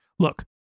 Look